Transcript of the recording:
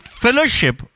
fellowship